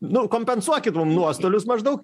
nu kompensuokit mum nuostolius maždaug